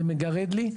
זה מגרד לי,